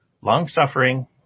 long-suffering